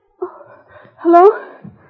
Hello